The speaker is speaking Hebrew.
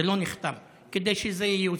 זה לא נחתם, כדי שזה ייושם.